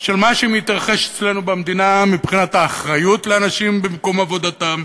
של מה שמתרחש אצלנו במדינה מבחינת האחריות לאנשים במקום עבודתם.